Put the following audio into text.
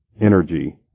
Energy